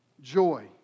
joy